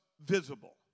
visible